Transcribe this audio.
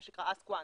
מה שנקרא ask once,